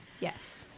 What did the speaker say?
yes